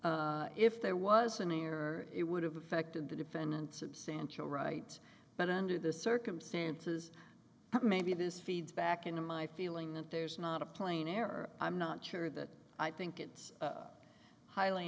error if there was an error it would have affected the defendant substantial right but under the circumstances maybe this feeds back into my feeling that there's not a plane error i'm not sure that i think it's highly